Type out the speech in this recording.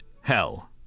hell